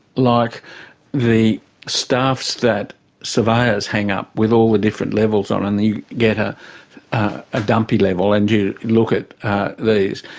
like the staffs that surveyors hang up with all the different levels on, and you get ah a dumpy level and you look at these.